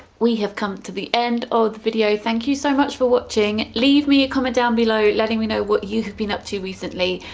we have come to the end of the video, thank you so much for watching, leave me a comment down below letting me know what you have been up to recently,